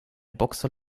boxer